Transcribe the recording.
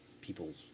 people's